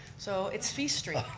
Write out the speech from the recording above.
so it's fee street